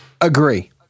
Agree